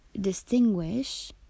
distinguish